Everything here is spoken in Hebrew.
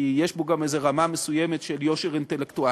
כי יש בו גם איזו רמה מסוימת של יושר אינטלקטואלי,